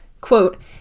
Quote